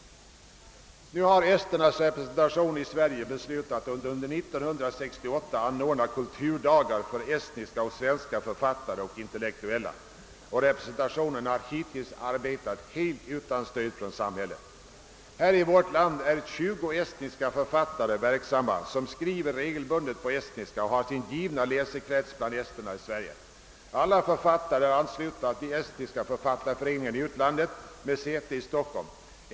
Nu har Esternas representation i Sverige beslutat att under 1968 anordna kulturdagar för estniska och svenska författare och intellektuella. Representationen har hittills arbetat helt utan stöd från samhället. I vårt land är tjugo estniska författare verksamma som regelbundet skriver på estniska och som har sin givna läsekrets bland esterna i Sverige. Alla författare är anslutna till Estniska författarföreningen i utlandet med säte i Stockholm.